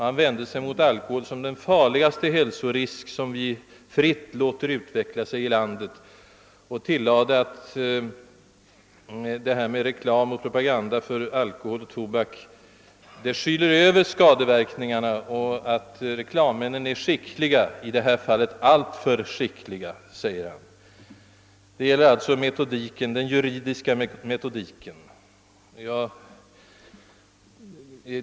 Han vände sig mot alkoholen och sade att det är den farligaste hälsorisken som vi fritt låter utveckla sig i landet och tillade att reklam och propaganda för alkohol och tobak skyler över skadeverkningarna. Han tillade att re klammännen är skickliga, i detta fall alltför skickliga. Här gäller det alltså den juridiska metodiken.